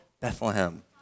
Bethlehem